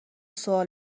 سوال